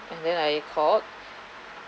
and then I called